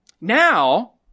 Now